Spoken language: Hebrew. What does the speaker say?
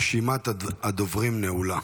רשימת הדוברים נעולה.